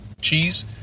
cheese